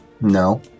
No